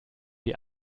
die